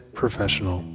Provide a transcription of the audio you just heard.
professional